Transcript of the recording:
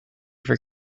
for